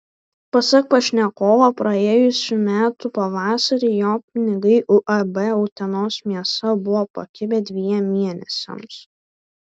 pasak pašnekovo praėjusių metų pavasarį jo pinigai uab utenos mėsa buvo pakibę dviem mėnesiams